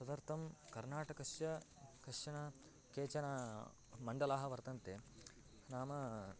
तदर्थं कर्नाटकस्य कश्चन कानिचन मण्डलानि वर्तन्ते नाम